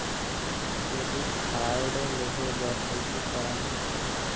Credit card लेहे बर कइसे करव?